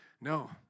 No